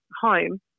home